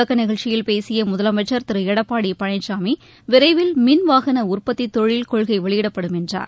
தொடக்க நிகழ்ச்சியில் பேசிய முதலமைச்சர் திரு எடப்பாடி பழனிசாமி விரைவில் மின் வாகன உற்பத்தி தொழில் கொள்கை வெளியிடப்படும் என்றார்